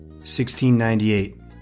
1698